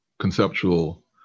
conceptual